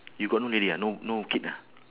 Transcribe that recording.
you got no lady ah no no kid ah